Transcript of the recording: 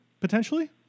Potentially